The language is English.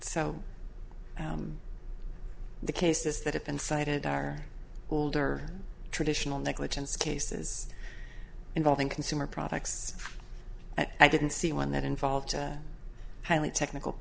so the cases that have been cited are older traditional negligence cases involving consumer products i didn't see one that involved highly technical